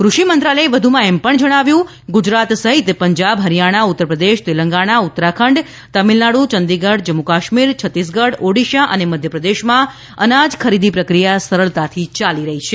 કૃષિ મંત્રાલયે વધુમાં એમ પણ જણાવ્યું છે કે ગુજરાત સહિત પંજાબ હરિયાણા ઉત્તરપ્રદેશ તેલંગાણા ઉત્તરાખંડ તામિલનાડુ ચંદીગઢ જમ્મુ કાશ્મીર છત્તીસગઢ ઓડિશા અને મધ્યપ્રદેશમાં અનાજ ખરીદી પ્રક્રિયા સરળતાથી ચાલી રહી છે